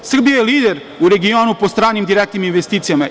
Srbija je lider u regionu po stranim direktnim investicijama.